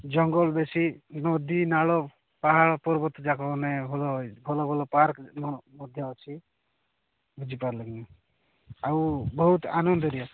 ଜଙ୍ଗଲ ବେଶୀ ନଦୀ ନାଳ ପାହାଡ଼ ପର୍ବତ ଯାକ ମାନେ ଭଲ ଭଲ ଭଲ ପାର୍କ ମଧ୍ୟ ଅଛି ବୁଝିପାରିଲ କି ନାଇ ଆଉ ବହୁତ ଆନନ୍ଦରେ